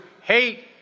hate